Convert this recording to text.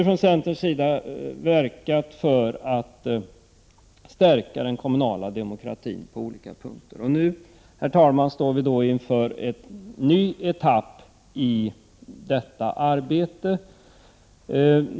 Från centerns sida har vi verkat för att stärka den kommunala demokratin på olika punkter. Nu, herr talman, står vi inför en ny etapp i det arbetet.